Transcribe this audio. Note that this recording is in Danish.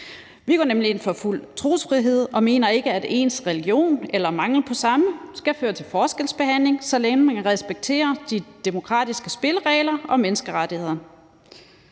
Vi går nemlig ind for fuld trosfrihed og mener ikke, at ens religion eller mangel på samme skal føre til forskelsbehandling, så længe man respekterer de demokratiske spilleregler og menneskerettighederne.